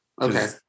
Okay